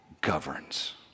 governs